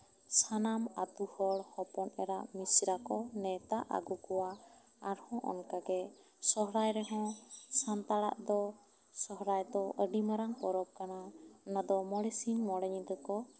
ᱥᱟᱱᱟᱢ ᱟᱹᱛᱩ ᱦᱚᱲ ᱦᱚᱯᱚᱱ ᱮᱨᱟ ᱢᱤᱥᱮᱨᱟ ᱠᱚ ᱱᱮᱣᱛᱟ ᱟᱹᱜᱩ ᱠᱚᱣᱟ ᱟᱨᱦᱚᱸ ᱚᱱᱠᱟ ᱜᱮ ᱥᱚᱦᱨᱟᱭ ᱨᱮᱦᱚᱸ ᱥᱟᱱᱛᱟᱲᱟᱜ ᱫᱚ ᱥᱚᱦᱨᱟᱭ ᱫᱚ ᱟᱹᱰᱤ ᱢᱟᱨᱟᱝ ᱯᱚᱨᱚᱵ ᱠᱟᱱᱟ ᱚᱱᱟ ᱫᱚ ᱢᱚᱬᱮ ᱥᱤᱧ ᱢᱚᱬᱮ ᱧᱤᱫᱟᱹ ᱠᱚ